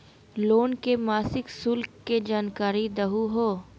Loan के मासिक शुल्क के जानकारी दहु हो?